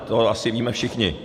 To asi víme všichni.